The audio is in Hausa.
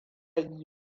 yi